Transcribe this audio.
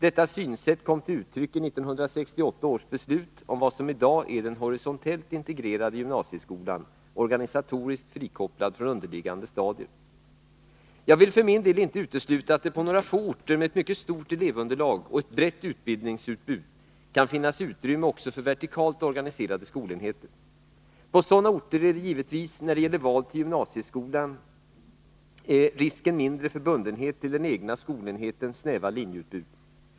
Detta synsätt kom till uttryck i 1968 års beslut om vad som i dag är den horisontellt integrerade gymnasieskolan, organisatoriskt frikopplad från underliggande stadier. Jag vill för min del inte utesluta att det på några få orter med ett mycket stort elevunderlag och ett brett utbildningsutbud kan finnas utrymme också för vertikalt organiserade skolenheter. På sådana orter är givetvis när det gäller val till gymnasieskolan risken mindre för bundenhet till den egna skolenhetens snäva linjeutbud.